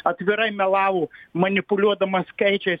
atvirai melavo manipuliuodama skaičiais